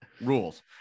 rules